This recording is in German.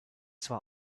zwar